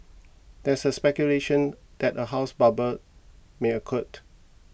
there is speculation that a house bubble may occurred